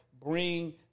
bring